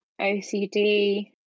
OCD